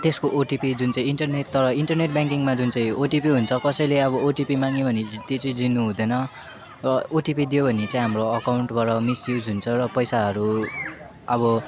त्यसको ओटिपी जुन चाहिँ इन्टरनेट तर इन्टरनेट ब्याकिङमा जुन चाहिँ ओटिपी हुन्छ कसैले अब ओटिपी माग्यो भने त्यो चाहिँ दिनु हुँदैन र ओटिपी दियो भने चाहिँ हाम्रो अकाउन्टबाट मिसयुज हुन्छ र पैसाहरू अब